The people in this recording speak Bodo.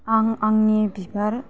आं आंनि बिबार